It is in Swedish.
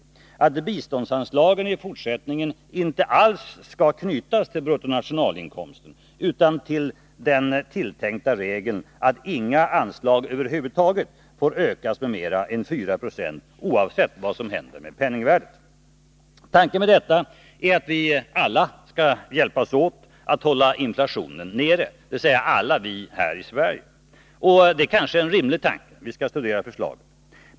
Det heter att biståndsanslagen i fortsättningen inte alls skall knytas till BNI, utan till den tilltänkta regeln att inga anslag över huvud taget ökas med mera än 490, oavsett vad som händer med penningvärdet. Tanken med detta är att vi alla skall hjälpas åt att hålla inflationen nere, dvs. alla vi här i Sverige. Det kanske är en rimlig tanke; vi skall studera förslaget.